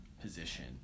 position